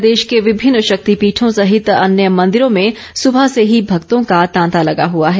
प्रदेश के विभिन्न शक्तिपीठों सहित अन्य मंदिरों में सुबह से ही भक्तों का तांता लगा हुआ है